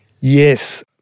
Yes